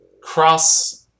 cross